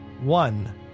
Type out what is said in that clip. One